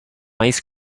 ice